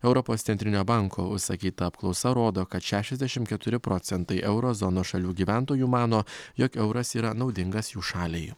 europos centrinio banko užsakyta apklausa rodo kad šešiasdešim keturi procentai euro zonos šalių gyventojų mano jog euras yra naudingas jų šaliai